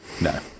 No